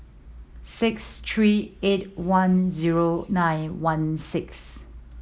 six three eight one zero nine one six